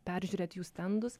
peržiūrėt jų stendus